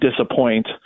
disappoint